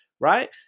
right